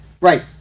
Right